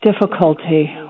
difficulty